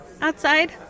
outside